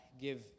give